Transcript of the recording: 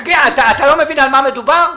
תגיד, אתה לא מבין על מה מדובר?